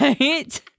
Right